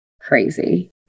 crazy